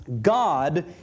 God